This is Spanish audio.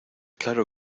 claro